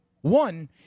one